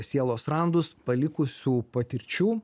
sielos randus palikusių patirčių